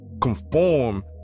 conform